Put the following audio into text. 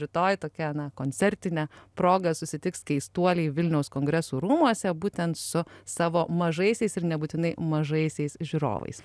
rytoj tokia na koncertine proga susitiks keistuoliai vilniaus kongresų rūmuose būtent su savo mažaisiais ir nebūtinai mažaisiais žiūrovais